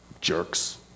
Jerks